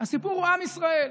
הסיפור הוא עם ישראל.